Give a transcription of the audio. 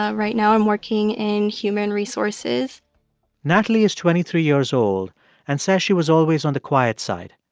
ah right now i'm working in human resources natalie is twenty three years old and says she was always on the quiet side.